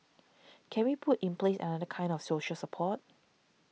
can we put in place another kind of social support